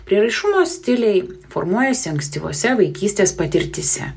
prieraišumo stiliai formuojasi ankstyvose vaikystės patirtyse